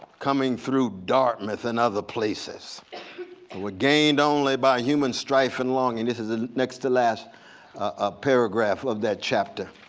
coming through dartmouth and other places, who are gained only by human strife and longing. this is the next to last ah paragraph of that chapter.